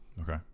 okay